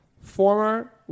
Former